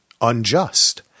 unjust